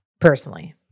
personally